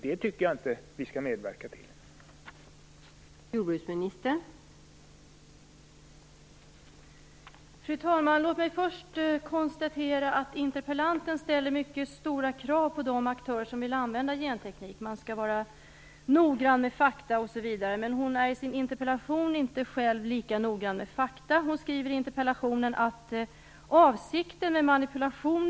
Jag tycker inte att vi skall medverka till det.